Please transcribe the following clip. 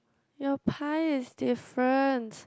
yea pie is different